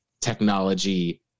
technology